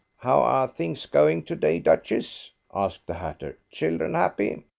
how are things going to-day, duchess? asked the hatter. children happy?